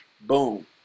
boom